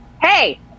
Hey